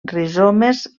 rizomes